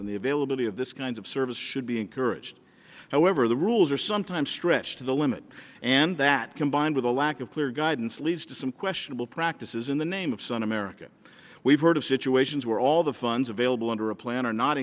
and the availability of this kind of service should be encouraged however the rules are sometimes stretched to the limit and that combined with a lack of clear guidance leads to some questionable practices in the name of sun america we've heard of situations where all the funds available under a plan are not